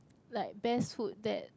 like best food that